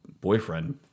boyfriend